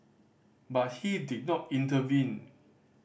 but he did not intervene